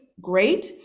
great